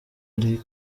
ari